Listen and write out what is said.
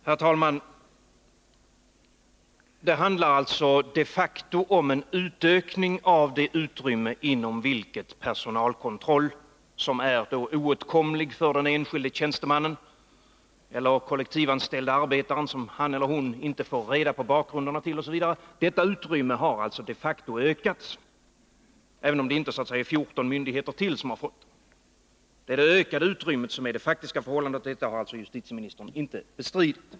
Herr talman! Det handlar alltså de facto om en utökning av det utrymme inom vilket personalkontroll, oåtkomlig för den enskilde tjänstemannen eller kollektivanställde arbetaren, kan ske — personalkontroll som han eller hon inte får reda på bakgrunden till osv. Även om det inte är 14 myndigheter till som har fått rätt att företa sådan kontroll, så har utrymmet ökat. Det är det faktiska förhållandet, och detta har alltså justitieministern inte bestritt.